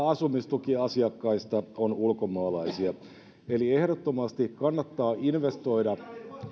asumistukiasiakkaista on ulkomaalaisia eli ehdottomasti kannattaa investoida